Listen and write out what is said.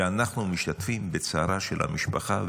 שאנחנו משתתפים בצערה של המשפחה,